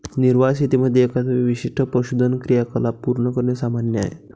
निर्वाह शेतीमध्ये एकाच वेळी विशिष्ट पशुधन क्रियाकलाप पूर्ण करणे सामान्य आहे